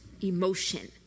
emotion